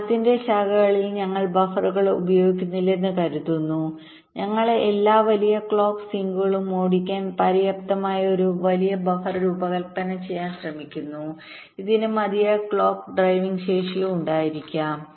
മരത്തിന്റെ ശാഖകളിൽ ഞങ്ങൾ ബഫറുകൾ ഉപയോഗിക്കുന്നില്ലെന്ന് കരുതുക ഞങ്ങൾ എല്ലാ വലിയ ക്ലോക്ക് സിങ്കുകളും ഓടിക്കാൻ പര്യാപ്തമായ ഒരു വലിയ ബഫർ രൂപകൽപ്പന ചെയ്യാൻ ശ്രമിക്കുന്നു ഇതിന് മതിയായ ക്ലോക്ക് ഡ്രൈവിംഗ് ശേഷി ഉണ്ടായിരിക്കും